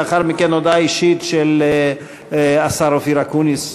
לאחר מכן, הודעה אישית של השר אופיר אקוניס.